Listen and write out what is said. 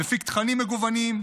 מפיק תכנים מגוונים,